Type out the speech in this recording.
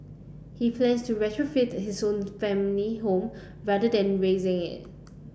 he plans to retrofit his own family home rather than razing it